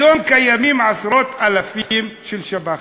היום קיימים עשרות-אלפים של שב"חים.